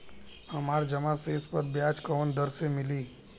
हमार जमा शेष पर ब्याज कवना दर से मिल ता?